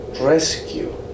rescue